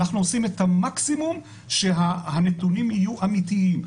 אנחנו עושים את המקסימום שהנתונים יהיו מדויקים.